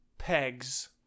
pegs